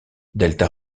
delta